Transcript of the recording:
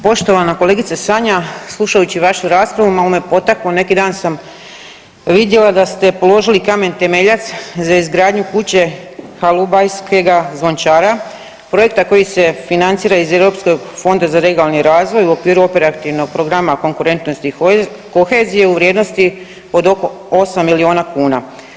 Poštovana kolegice Sanja, slušajući vašu raspravu malo me potaknulo, neki dan sam vidjela da ste položili kamen temeljac za izgradnju kuće Halubajskog zvončara, projekta koji se financira iz Europskog fonda za regionalni razvoj u okviru operativnog programa konkurentnosti i kohezije u vrijednosti od oko 8 milijuna kuna.